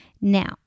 Now